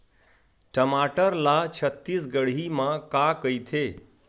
टमाटर ला छत्तीसगढ़ी मा का कइथे?